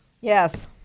Yes